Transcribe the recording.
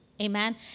Amen